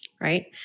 right